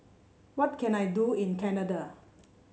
what can I do in Canada